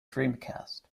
dreamcast